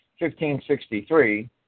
1563